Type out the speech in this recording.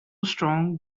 strong